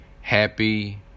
happy